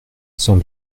sans